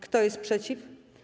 Kto jest przeciw?